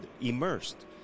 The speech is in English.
immersed